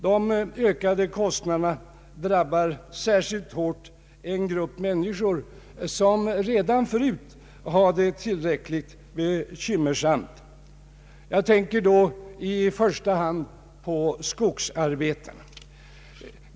De ökade kostnaderna drabbar särskilt hårt en grupp människor, som redan förut hade det tillräckligt bekymmersamt. Jag tänker då i första hand på skogsarbetarna.